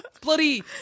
Bloody